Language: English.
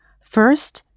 First